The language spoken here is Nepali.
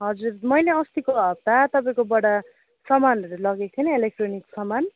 हजुर मैले अस्तिको हप्ता तपईँकोबाट सामानहरू लगेको थिएँ इलेक्ट्रोनिक्स सामान